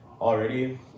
already